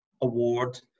award